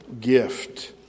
gift